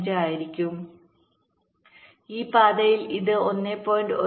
15 ആയിരിക്കും ഈ പാതയിൽ ഇത് 1